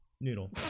Noodle